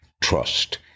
Trust